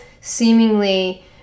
seemingly